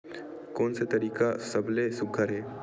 कोन से तरीका का सबले सुघ्घर हे?